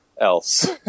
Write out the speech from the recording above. else